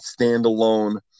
standalone